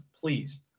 Please